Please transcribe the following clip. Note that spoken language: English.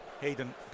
Hayden